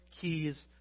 keys